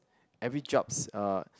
every jobs uh